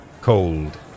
cold